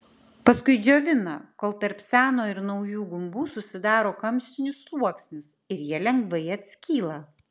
paskui džiovina kol tarp seno ir naujų gumbų susidaro kamštinis sluoksnis ir jie lengvai atskyla